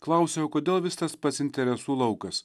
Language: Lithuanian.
klausiau kodėl vis tas pats interesų laukas